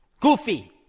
goofy